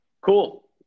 Cool